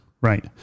Right